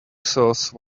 sauce